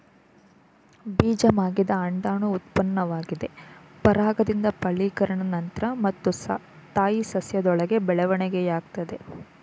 ಬೀಜ ಮಾಗಿದ ಅಂಡಾಣು ಉತ್ಪನ್ನವಾಗಿದೆ ಪರಾಗದಿಂದ ಫಲೀಕರಣ ನಂತ್ರ ಮತ್ತು ತಾಯಿ ಸಸ್ಯದೊಳಗೆ ಬೆಳವಣಿಗೆಯಾಗ್ತದೆ